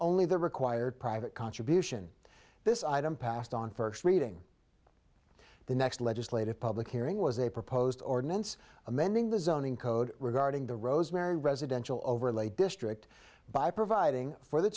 only the required private contribution this item passed on first reading the next legislative public hearing was a proposed ordinance amending the zoning code regarding the rosemary residential overlay district by providing for the